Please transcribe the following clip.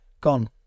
Gone